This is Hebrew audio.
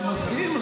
אתה מסכים?